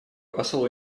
посол